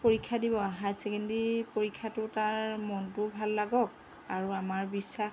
পৰীক্ষা দিব higher secondary পৰীক্ষাটো তাৰ মনটোও ভাল লাগক আৰু আমাৰ বিশ্বাস